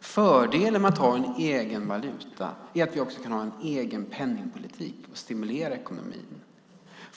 Fördelen med att ha en egen valuta är att vi också kan ha en egen penningpolitik och stimulera ekonomin.